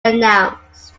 announced